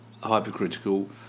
hypercritical